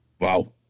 Wow